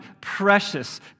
precious